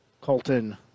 Colton